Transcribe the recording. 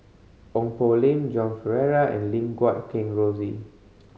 Ong Poh Lim Joan Pereira and Lim Guat Kheng Rosie